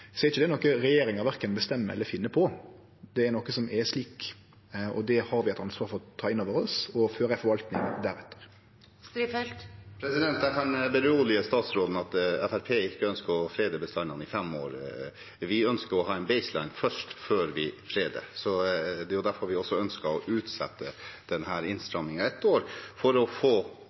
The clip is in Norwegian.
er ikkje det noko regjeringa verken bestemmer eller finn på, det er noko som er slik, og det har vi eit ansvar for å ta inn over oss og føre ei forvalting der. Jeg kan berolige statsråden med at Fremskrittspartiet ikke ønsker å frede bestandene i fem år. Vi ønsker å ha en «baseline» først, før vi freder. Det er jo derfor vi også ønsket å utsette denne innstrammingen ett år, for å få